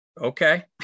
Okay